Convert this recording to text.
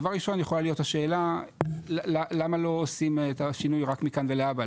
דבר ראשון יכולה להיות השאלה למה לא עושים את השינוי רק מכאן ולהבא?